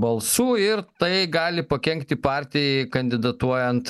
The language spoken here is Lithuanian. balsų ir tai gali pakenkti partijai kandidatuojant